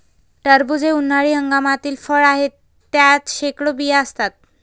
टरबूज हे उन्हाळी हंगामातील फळ आहे, त्यात शेकडो बिया असतात